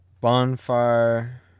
bonfire